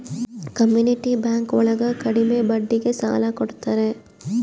community bank ಒಳಗ ಕಡ್ಮೆ ಬಡ್ಡಿಗೆ ಸಾಲ ಕೊಡ್ತಾರೆ